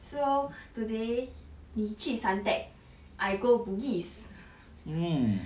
so today 你去 suntec I go bugis